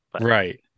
right